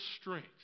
strength